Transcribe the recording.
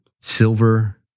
silver